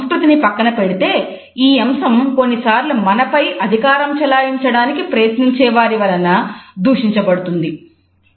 సంస్కృతిని పక్కన పెడితే ఈ అంశం కొన్నిసార్లు మనపై అధికారం చలాయించడానికి ప్రయత్నించే వారి వలన దూషించబడుతున్నది